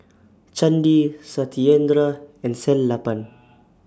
Chandi Satyendra and Sellapan